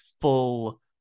full